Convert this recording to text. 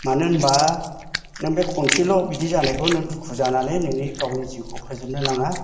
मानो होमबा नों बे खनसेल' बिदि जानायखौ नों दुखु जानानै नोंनि गावनि जिउखौ फोजोबनो नाङा